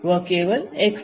वह केवल x i है